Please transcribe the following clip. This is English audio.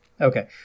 Okay